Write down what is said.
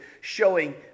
showing